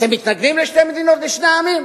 אתם מתנגדים לשתי מדינות לשני עמים?